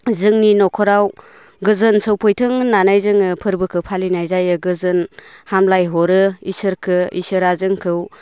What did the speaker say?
जोंनि न'खराव गोजोन सफैथों होननानै जोङो फोरबोखो फालिनाय जायो गोजोन हामलाय हरो इसोरखो इसोरा जोंखौ